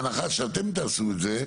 בהנחה שאתם תעשו את זה,